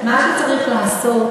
מה שצריך לעשות,